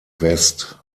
west